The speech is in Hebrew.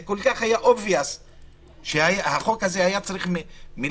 זה כל כך obvious שהיה צריך את החוק הזה